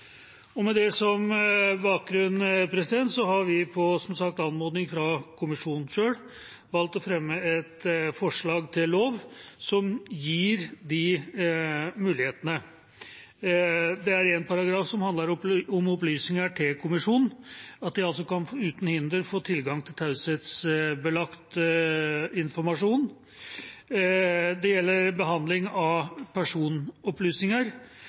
Med det som bakgrunn har vi, som sagt på anmodning fra kommisjonen selv, valgt å fremme et forslag til lov som gir de mulighetene. Det er en paragraf som handler om opplysninger til kommisjonen og at de uten hinder kan få tilgang til taushetsbelagt informasjon. Det gjelder behandling av personopplysninger,